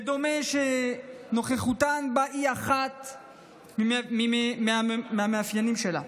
ודומה שנוכחותן בה היא אחד המאפיינים שלה.